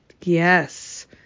Yes